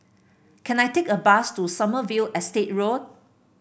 can I take a bus to Sommerville Estate Road